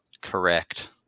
correct